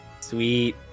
Sweet